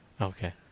Okay